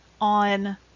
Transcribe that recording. on